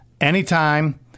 anytime